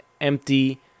empty